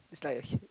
it's like